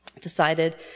decided